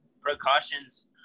precautions